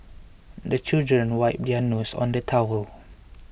the children wipe their noses on the towel